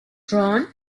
drawn